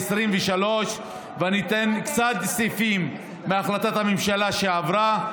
2023. אני אתן קצת סעיפים מהחלטת הממשלה שעברה,